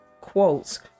quotes